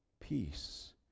peace